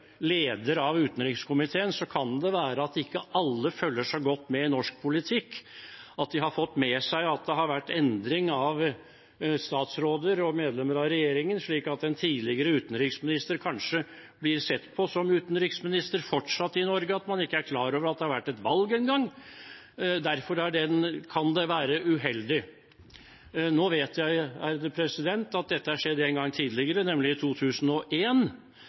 leder av utenriks- og forsvarskomiteen, kan det være slik at ikke alle følger så godt med i norsk politikk at de har fått med seg at det har vært endring av statsråder og medlemmer av regjeringen, og at den tidligere utenriksminister kanskje fortsatt blir sett på som utenriksminister i Norge, at man ikke er klar over at det har vært valg engang. Derfor kan det være uheldig. Nå vet jeg at dette har skjedd en gang tidligere, nemlig i